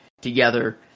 together